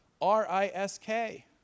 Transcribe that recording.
R-I-S-K